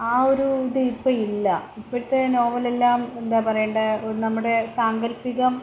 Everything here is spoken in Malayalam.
ആ ഒരു ഇത് ഇപ്പം ഇല്ല ഇപ്പോഴത്തെ നോവൽ എല്ലാം എന്താ പറയേണ്ടത് നമ്മുടെ സാങ്കൽപ്പികം